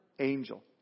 angel